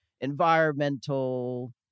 environmental